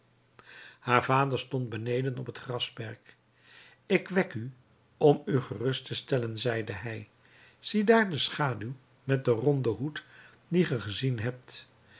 haar vader stond beneden op het grasperk ik wek u om u gerust te stellen zeide hij ziedaar de schaduw met den ronden hoed die ge gezien hebt